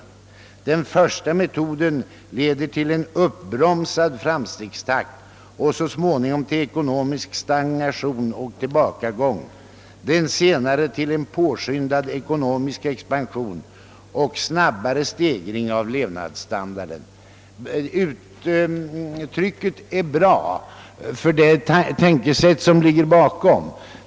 Den första metoden leder till en uppbromsad framstegstakt och så småningom till ekonomisk stagnation och tillbakagång, den senare till en påskyndad ekonomisk expansion och snabbare stegring av levnadsstandarden. Yttrandet ger en god bild av det tänkesätt som ligger bakom.